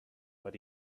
but